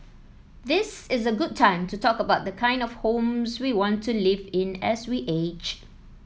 this is a good time to talk about the kind of homes we want to live in as we age